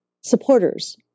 supporters